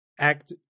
Act